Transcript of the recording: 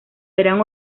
eran